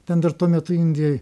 ten dar tuo metu indijoj